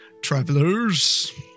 travelers